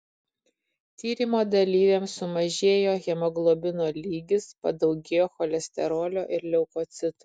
tyrimo dalyviams sumažėjo hemoglobino lygis padaugėjo cholesterolio ir leukocitų